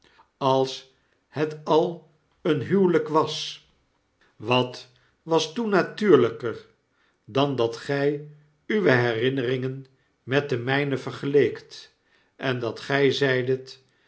als het al een huwelyk was wat was toen natuurlyker dan dat gij uwe herinneringen met de myne vergeleekt en datgy zeidet